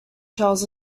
tells